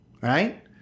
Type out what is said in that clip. right